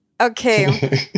okay